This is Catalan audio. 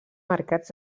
mercats